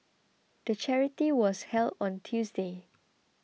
the charity was held on Tuesday